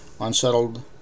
unsettled